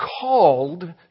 called